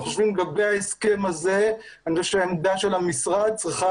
אנחנו חושבים לגבי ההסכם הזה שהעמדה של המשרד צריכה